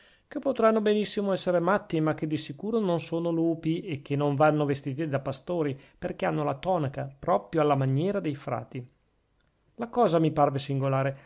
che potranno benissimo esser matti ma che di sicuro non sono lupi e che non vanno vestiti da pastori perchè hanno la tonaca proprio alla maniera dei frati la cosa mi parve singolare